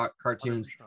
cartoons